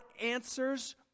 answers